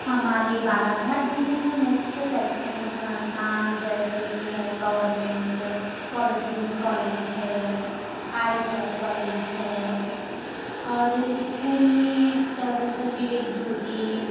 हमारे बालाघाट ज़िले में मुख्य शैक्षणिक संस्थान जैसे कि है गवर्नमेंट पॉलिटेक्निक कॉलेज है आईटीआई कॉलेज है और स्कूल में ज़्यादातर विवेक ज्योति